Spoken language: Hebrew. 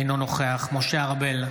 אינו נוכח משה ארבל,